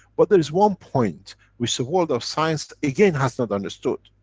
but there is one point which the world of science, again, has not understood.